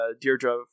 Deirdre